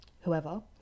whoever